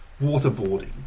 waterboarding